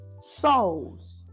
souls